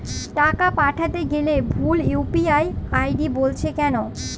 টাকা পাঠাতে গেলে ভুল ইউ.পি.আই আই.ডি বলছে কেনো?